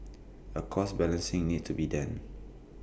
A cost balancing needs to be done